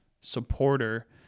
supporter